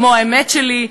כמו "האמת שלי",